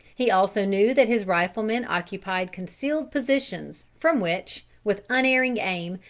he also knew that his riflemen occupied concealed positions, from which, with unerring aim,